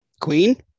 queen